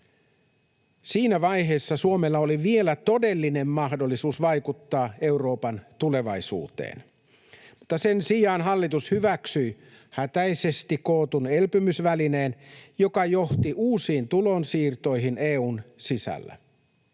Siinä vaiheessa Suomella oli vielä todellinen mahdollisuus vaikuttaa Euroopan tulevaisuuteen, mutta sen sijaan hallitus hyväksyi hätäisesti kootun elpymisvälineen, joka johti uusiin tulonsiirtoihin EU:n sisällä,